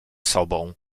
sobą